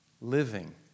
living